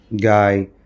guy